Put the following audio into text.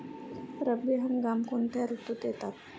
रब्बी हंगाम कोणत्या ऋतूत येतात?